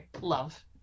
love